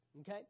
Okay